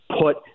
put